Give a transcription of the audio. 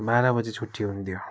बाह्र बजी छुट्टी हुन्थ्यो